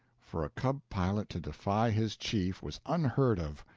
for a cub pilot to defy his chief was unheard of.